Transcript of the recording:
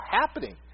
happening